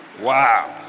Wow